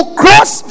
cross